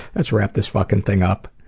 let's wrap this fucking thing up.